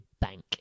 bank